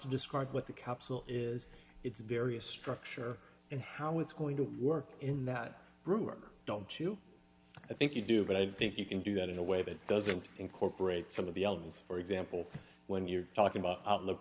to describe what the capsule is its various structure and how it's going to work in that room or don't you i think you do but i think you can do that in a way that doesn't incorporate some of the elements for example when you're talking about outlook